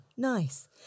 Nice